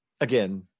again